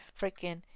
freaking